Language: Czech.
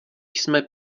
jsme